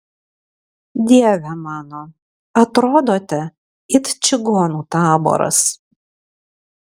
dieve mano atrodote it čigonų taboras